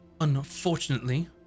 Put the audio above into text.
unfortunately